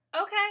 Okay